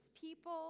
people